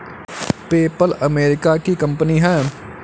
PayPal America की कंपनी है